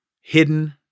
hidden